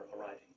arriving